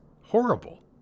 horrible